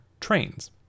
trains